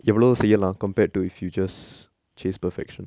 எவளோ செய்யலா:evalo seiyala compared to if you just chase perfection